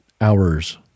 hours